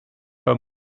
pas